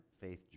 faith